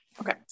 Okay